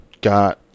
got